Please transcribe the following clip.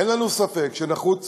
אין לנו ספק שנחוץ